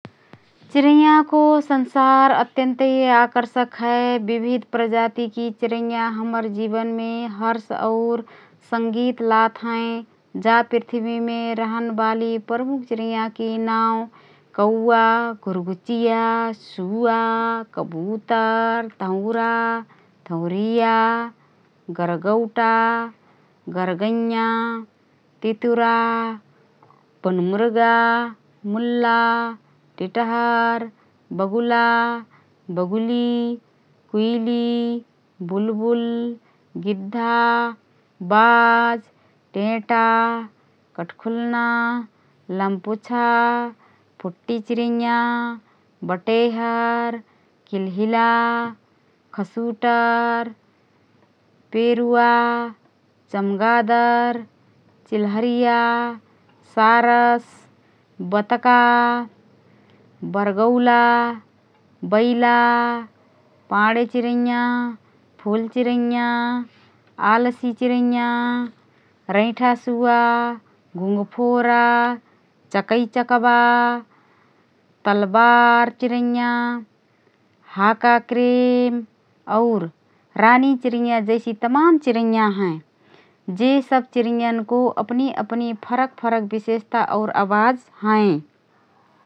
चिरैँयाको संसार अत्यन्तै आकर्षक हए । विविध प्रजातिकी चिरैँया हमर जीवनमे हर्ष और संगीत लातहएँ । जा पृथ्वीमे रहनबाली प्रमुख चिरैँयनकी नावँ कौवा, घुरघुचिया, सुवा, कबुतर, धौँरा, धौंरिया, गरगैंया, गरगौटा, तितुरा, बनमुर्गा, मुल्ला, टिटहर, बगुला, बगुलि, कुइली, बुलबुल, गिद्धा, बाज, टेँटा, कठखुलना, लम्पुछा, फुटकी चिरैँया, बटेहर, किलहिला, खासुटर, पेरुवा, चमगादर, चिलरहिया, सारस, बतका, बरगौला, बैला, पांडे चिरैँया, फूल चिरैँया, आलसी चिरैँया, रैँठा सुवा, घुंघफोरा, चकैचकबा, तलवार चिरैँया, हाकाक्रेम और रानीचिरैँया जैसि तमान चिरैँया हएँ । जे सब चिरैँयनकी अपनि अपनि फरक विशेषता और आवाज हएँ ।